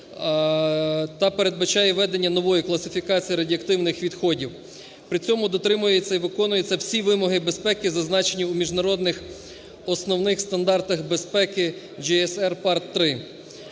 та передбачає введення нової класифікації радіоактивних відходів. При цьому дотримуються і виконуються всі вимоги безпеки, зазначені у міжнародних основних стандартах безпеки: GSR Part-3.